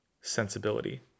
sensibility